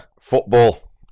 football